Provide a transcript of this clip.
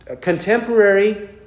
contemporary